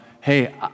hey